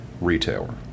retailer